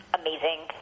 amazing